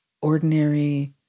ordinary